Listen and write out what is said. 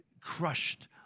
crushed